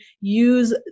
use